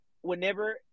whenever